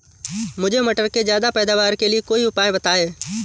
मुझे मटर के ज्यादा पैदावार के लिए कोई उपाय बताए?